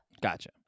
Gotcha